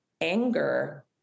anger